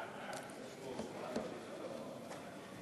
הכרה בצעירים עם מוגבלות כחניכי מכינות),